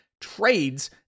trades